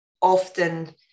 often